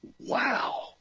Wow